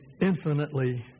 infinitely